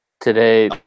today